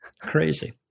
crazy